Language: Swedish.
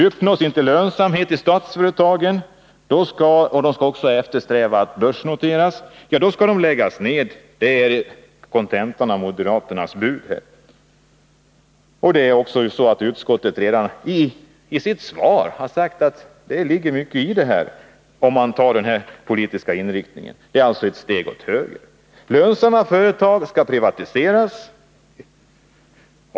Uppnås inte lönsamhet i statsföretagen — som också skall eftersträva att börsnoteras — ja, då skall de läggas ner, det är kontentan av moderaternas bud. Utskottet har redan sagt att det ligger mycket i detta, om man antar denna politiska inriktning. Det är alltså ett steg åt höger. Lönsamma företag skall privatiseras.